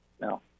No